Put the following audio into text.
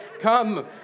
come